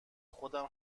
خودم